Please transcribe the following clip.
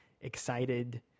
excited